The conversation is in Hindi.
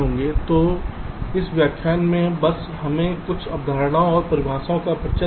तो इस व्याख्यान में बस हमें कुछ अवधारणाओं और परिभाषाओं का परिचय देने दें